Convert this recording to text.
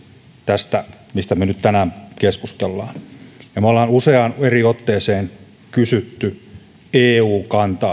tästä mistä me nyt tänään keskustelemme me olemme useaan eri otteeseen kysyneet eun kantaa tähän asiaan